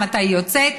מתי היא יוצאת,